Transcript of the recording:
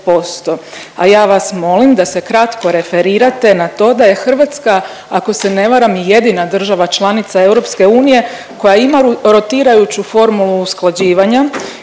a ja vas molim da se kratko referirate na to da je Hrvatska ako se ne varam jedina država članica EU koja ima rotirajuću formulu usklađivanja